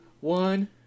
one